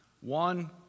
one